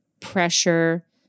pressure